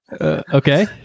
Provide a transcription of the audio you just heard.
Okay